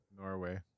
Norway